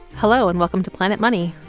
hello and welcome to planet money.